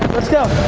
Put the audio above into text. let's go